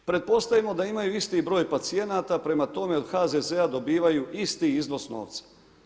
Pretpostavimo da imaju isti broj pacijenata pa prema tome od HZZ-a dobivaju isti iznos novca.